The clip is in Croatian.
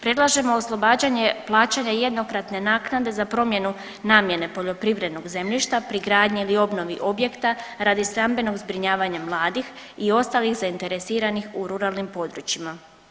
Predlažemo oslobađanje plaćanja jednokratne naknade za promjenu namjene poljoprivrednog zemljišta pri gradnji ili obnovi objekta radi stambenog zbrinjavanja mladih i ostalih zainteresiranih u ruralnim područjima.